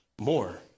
more